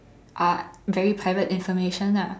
are very private information ah